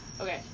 Okay